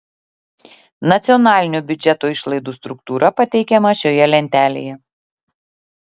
nacionalinio biudžeto išlaidų struktūra pateikiama šioje lentelėje